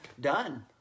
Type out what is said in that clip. done